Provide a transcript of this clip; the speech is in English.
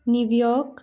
New York